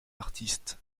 artiste